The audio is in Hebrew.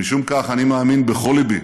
משום כך, אני מאמין בכל ליבי